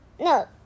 No